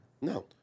No